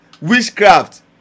Witchcraft